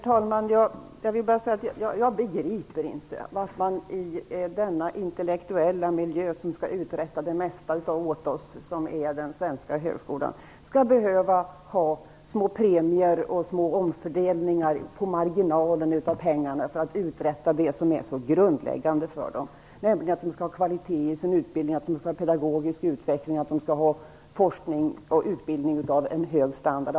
Herr talman! Jag begriper inte varför man i denna intellektuella miljö som uträttar det mesta som gäller den svenska högskolan skall behöva ha små premier och små omfördelningar på marginalen för att uträtta det som är det grundläggande, nämligen att se till att vi får kvalitet i utbildningen, pedagogisk utveckling, forskning och utbildning av hög standard.